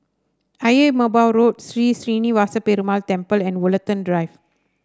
Ayer Merbau Road Sri Srinivasa Perumal Temple and Woollerton Drive